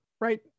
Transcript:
right